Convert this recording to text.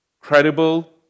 credible